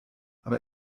aber